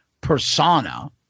persona